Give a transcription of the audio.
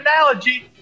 analogy